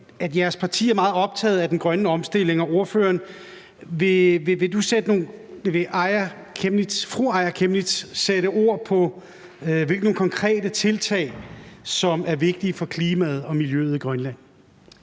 at jeres parti er meget optaget af den grønne omstilling. Vil fru Aaja Chemnitz sætte ord på, hvilke konkrete tiltag som er vigtige for klimaet og miljøet i Grønland?